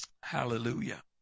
Hallelujah